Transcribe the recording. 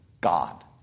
God